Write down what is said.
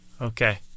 Okay